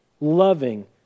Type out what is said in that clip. loving